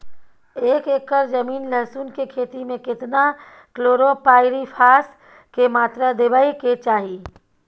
एक एकर जमीन लहसुन के खेती मे केतना कलोरोपाईरिफास के मात्रा देबै के चाही?